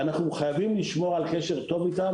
ואנחנו חייבים לשמור על קשר טוב איתם,